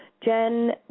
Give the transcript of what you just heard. Jen